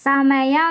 സമയം